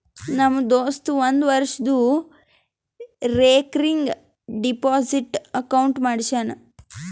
ನಮ್ ದೋಸ್ತ ಒಂದ್ ವರ್ಷದು ರೇಕರಿಂಗ್ ಡೆಪೋಸಿಟ್ ಅಕೌಂಟ್ ಮಾಡ್ಯಾನ